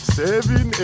seven